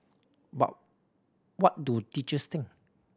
but what do teachers think